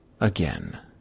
Again